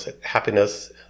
happiness